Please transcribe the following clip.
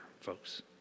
folks